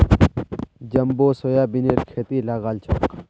jumbo सोयाबीनेर खेती लगाल छोक